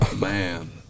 Man